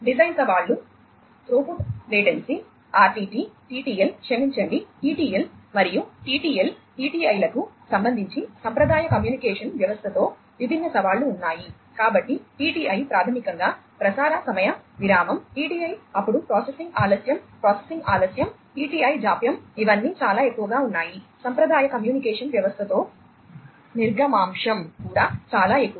design సవాళ్లు throughput latency ప్రాథమికంగా ప్రసార సమయ విరామం టిటిఐ అప్పుడు ప్రాసెసింగ్ ఆలస్యం ప్రాసెసింగ్ ఆలస్యం టిటిఐ జాప్యం ఇవన్నీ చాలా ఎక్కువగా ఉన్నాయి సాంప్రదాయ కమ్యూనికేషన్ వ్యవస్థలతో నిర్గమాంశం కూడా చాలా ఎక్కువ